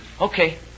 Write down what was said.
Okay